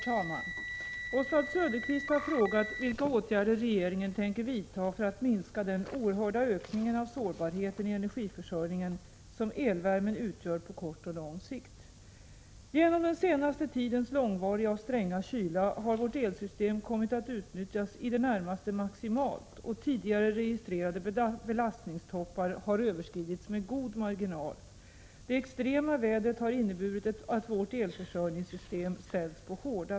Herr talman! Oswald Söderqvist har frågat vilka åtgärder regeringen tänker vidta för att minska den oerhörda ökning av sårbarheten i energiförsörjningen som elvärmen innebär på kort och lång sikt. Genom den senaste tidens långvariga och stränga kyla har vårt elsystem kommit att utnyttjas i det närmaste maximalt, och tidigare registrerade belastningstoppar har överskridits med god marginal. Det extrema vädret har inneburit att vårt elförsörjningssystem ställts på hårda prov.